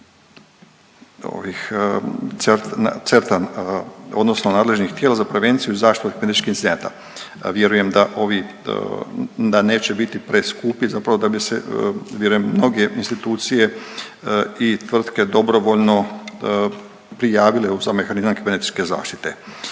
odnosno nadležnih tijela za prevenciju i zaštitu kibernetičkih incidenata. Vjerujem da ovi, da neće biti preskupi, zapravo da bi se vjerujem mnoge institucije i tvrtke dobrovoljno prijavile u sam mehanizam kibernetičke zaštite.